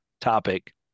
topic